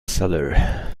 seller